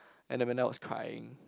and Amanda was crying